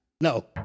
No